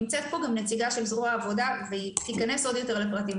נמצאת פה גם נציגה של זרוע העבודה והיא תכנס עוד יותר לפרטים.